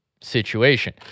situation